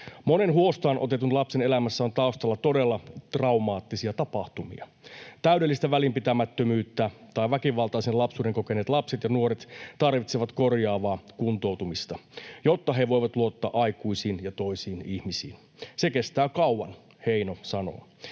’Monen huostaanotetun lapsen elämässä on taustalla todella traumaattisia tapahtumia. Täydellistä välinpitämättömyyttä tai väkivaltaisen lapsuuden kokeneet lapset ja nuoret tarvitsevat korjaavaa kuntoutumista, jotta he voivat luottaa aikuisiin ja toisiin ihmisiin. Se kestää kauan’, Heino sanoo.